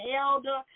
Elder